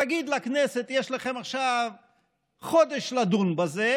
תגיד לכנסת: יש לכם עכשיו חודש לדון בזה,